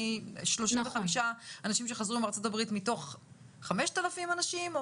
35 אנשים שחזרו מארצות הברית מאומתים הם מתוך 5,000 אנשים?